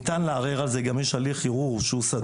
ניתן לערער על זה, וגם יש הליך ערעור סדור.